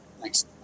Thanks